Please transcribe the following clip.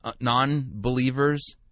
non-believers